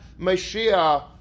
Mashiach